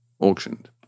auctioned